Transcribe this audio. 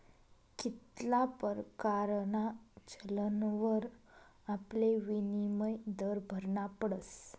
कित्ला परकारना चलनवर आपले विनिमय दर भरना पडस